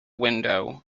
window